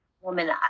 woman